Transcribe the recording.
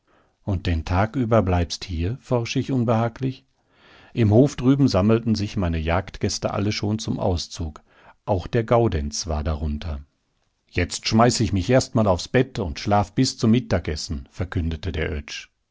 und den tag über bleibst hier forschte ich unbehaglich im hof drüben sammelten sich meine jagdgäste alle schon zum auszug auch der gaudenz war darunter jetzt schmeiß ich mich mal erst aufs bett und schlaf bis zum mittagessen verkündete der